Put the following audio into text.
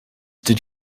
did